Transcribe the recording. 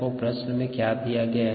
को प्रश्न में क्या दिया गया है